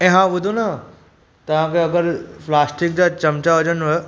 ऐं हा ॿुधो न तव्हांखे अगरि प्लास्टिक जा चमचा हुजनुव